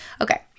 Okay